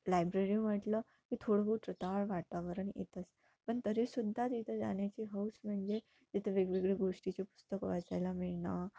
library म्हटलं की थोडं बहोत रटाळ वातावरण येतंच पण तरीसुद्धा तिथं जाण्याची हौस म्हणजे तिथं वेगवेगळे गोष्टीचे पुस्तकं वाचायला मिळणं